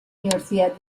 universidad